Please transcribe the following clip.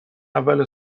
اول